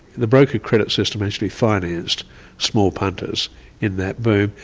the broker credit system actually financed small punters in that boom,